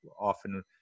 often